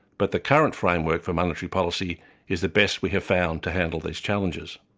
but the current framework for monetary policy is the best we have found to handle these challenges.